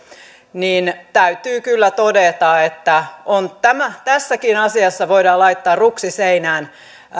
niin täytyy kyllä todeta että tässäkin asiassa voidaan laittaa ruksi seinään